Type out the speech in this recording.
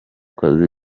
kazi